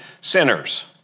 sinners